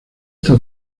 esta